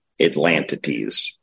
Atlantides